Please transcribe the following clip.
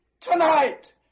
tonight